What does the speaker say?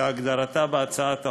כהגדרתה בהצעת החוק,